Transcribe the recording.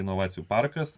inovacijų parkas